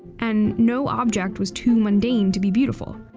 and no object was too mundane to be beautiful.